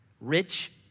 rich